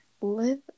live